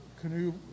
Canoe